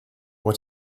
what